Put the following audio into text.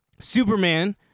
Superman